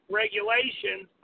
regulations